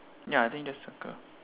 ya I think just circle